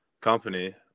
company